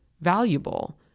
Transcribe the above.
valuable